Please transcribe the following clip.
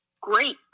great